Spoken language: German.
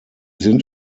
sind